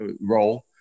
role